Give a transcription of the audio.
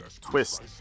Twist